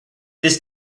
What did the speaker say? this